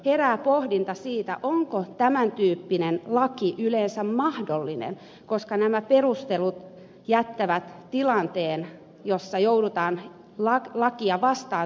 herää pohdinta siitä onko tämäntyyppinen laki yleensä mahdollinen koska nämä perustelut jättävät tilanteen jossa joudutaan lakia vastaan toimimaan